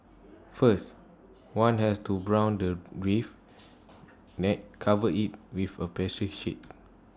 first one has to brown the beef then cover IT with A pastry sheet